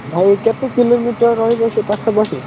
ଭାଇ କେତେ କିଲୋମିଟର ରହିବ ସେ ପାଖାପାଖି